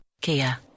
Kia